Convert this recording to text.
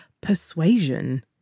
persuasion